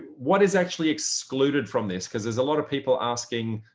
what is actually excluded from this? because there's a lot of people asking,